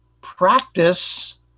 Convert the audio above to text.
practice